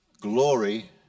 glory